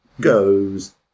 goes